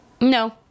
No